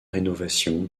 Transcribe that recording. rénovation